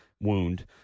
wound